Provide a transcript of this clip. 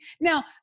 Now